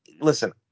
listen